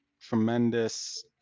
tremendous